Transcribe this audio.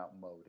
mode